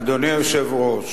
אדוני היושב-ראש,